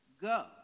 go